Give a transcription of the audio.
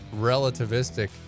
relativistic